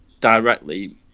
directly